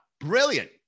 Brilliant